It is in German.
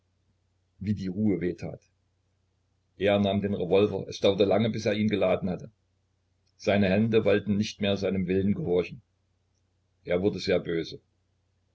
wie die ruhe weh tat er nahm den revolver es dauerte lange bis er ihn geladen hatte seine hände wollten nicht mehr seinem willen gehorchen er wurde sehr böse